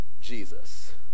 Jesus